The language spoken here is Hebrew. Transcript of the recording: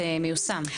זה כבר מיושם?